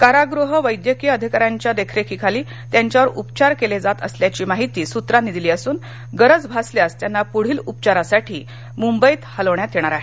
कारागृह वैद्यकीय अधिकार्याच्या देखरेखेखाली त्यांच्यावर उपचार केले जात असल्याची माहिती सूत्रांनी दिली असून गरज भासल्यास त्यांना पुढील उपचारासाठी मुंबई हलविण्यात येणार आहे